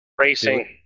Racing